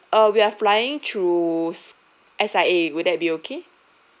uh we're flying through S_I_A would that be okay